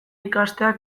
ikastea